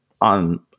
on